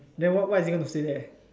then what what is it going to say there